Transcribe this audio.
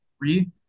three